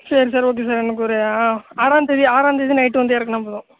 சரி sir okay sir எனக்கு ஒரு ஆ ஆறாம்தேதி ஆறாம்தேதி நைட்டு வந்து இறக்குனா போதும்